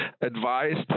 advised